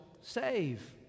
save